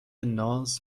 ناز